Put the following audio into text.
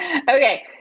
okay